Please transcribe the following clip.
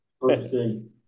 person